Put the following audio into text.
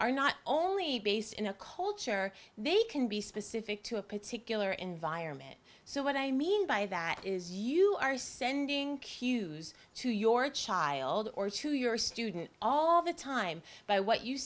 are not only based in a culture they can be specific to a particular environment so what i mean by that is you are sending cues to your child or to your student all the time by what you